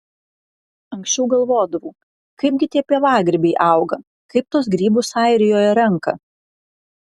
anksčiau galvodavau kaipgi tie pievagrybiai auga kaip tuos grybus airijoje renka